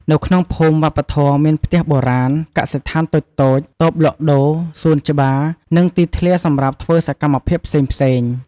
នៅក្នុងភូមិវប្បធម៌មានផ្ទះបុរាណ កសិដ្ឋានតូចៗ តូបលក់ដូរ សួនច្បារ និងទីធ្លាសម្រាប់ធ្វើសកម្មភាពផ្សេងៗ។